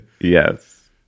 Yes